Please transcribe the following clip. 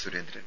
Surendran